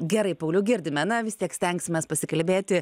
gerai pauliau girdime na vis tiek stengsimės pasikalbėti